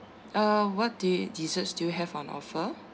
uh what the desserts do you have on offer